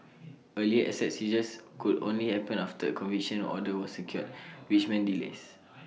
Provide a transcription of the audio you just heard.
earlier asset seizures could only happen after A conviction order was secured which meant delays